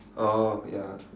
orh ya